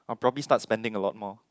I'll probably start spending a lot more